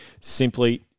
simply